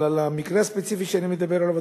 אבל המקרה הספציפי שאני מדבר עליו,